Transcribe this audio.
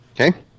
Okay